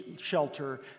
shelter